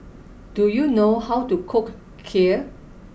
do you know how to cook Kheer